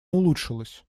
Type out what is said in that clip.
улучшилось